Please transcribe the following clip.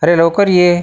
अरे लवकर ये